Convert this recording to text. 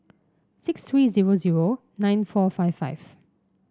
six three zero zero nine four five five